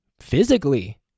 physically